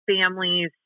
families